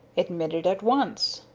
admitted at once.